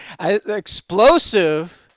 Explosive